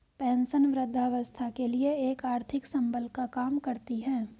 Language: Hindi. पेंशन वृद्धावस्था के लिए एक आर्थिक संबल का काम करती है